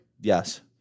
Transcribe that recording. Yes